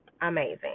amazing